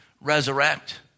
resurrect